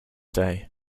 day